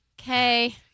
Okay